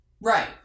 Right